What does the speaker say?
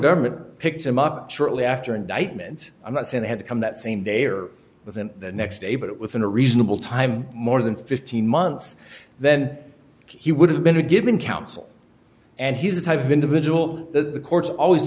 government picked him up shortly after indictment i'm not saying they had to come that same day or within the next day but within a reasonable time more than fifteen months then he would have been given counsel and he's the type of individual that the courts always